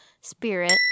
spirit